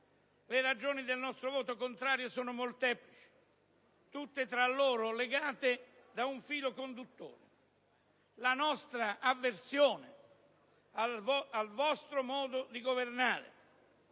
Le ragioni del nostro voto contrario sono molteplici, tutte tra loro legate da un filo conduttore: la nostra avversione al vostro modo di governare,